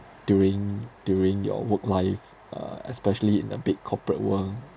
during during your work life uh especially in a big corporate world